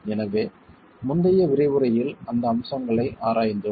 எனவே முந்தைய விரிவுரையில் அந்த அம்சங்களை ஆராய்ந்தோம்